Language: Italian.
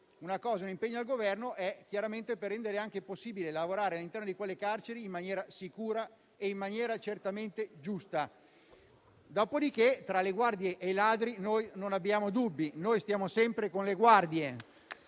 chiedere un impegno al Governo, ciò è chiaramente per rendere anche possibile lavorare all'interno delle carceri in maniera sicura e certamente giusta. Dopodiché, tra le guardie e i ladri, noi non abbiamo dubbi: noi stiamo sempre con le guardie.